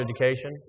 education